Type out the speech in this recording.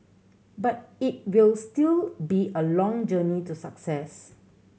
but it will still be a long journey to success